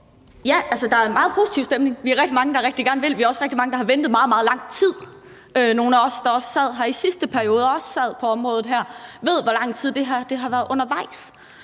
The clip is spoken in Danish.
Ja, der er en meget positiv stemning. Vi er rigtig mange, der rigtig gerne vil, og vi er også rigtig mange, der har ventet meget, meget lang tid. Nogle af os, der også sad her i sidste periode og også sad på området her, ved, hvor lang tid det her har været undervejs.